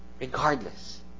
Regardless